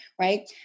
right